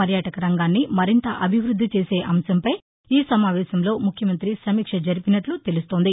పర్యాటక రంగాన్ని మరింత అభివృద్దిచేసే అంశంపై ఈ సమావేశంలో ముఖ్యమంతి సమీక్ష జరిపినట్లు తెలుస్తోంది